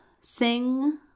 sing